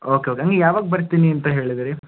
okay okay ನೀವು ಯಾವಾಗ ಬರ್ತೀನಿ ಅಂತ ಹೇಳಿದಿರಿ